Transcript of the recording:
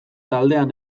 taldean